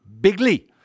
Bigly